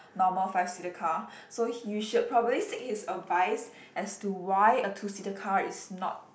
normal five seater car so he you should probably seek his advice as to why a two seater car is not